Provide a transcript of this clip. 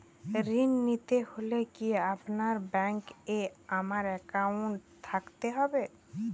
ঋণ নিতে হলে কি আপনার ব্যাংক এ আমার অ্যাকাউন্ট থাকতে হবে?